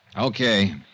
Okay